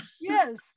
yes